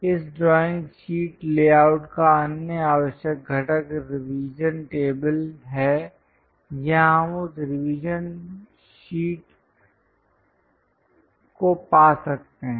इस drawing sheet layout का अन्य आवश्यक घटक रिवीजन टेबल है यहां हम उस रिवीजन शीट को पा सकते हैं